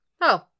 Oh